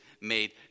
made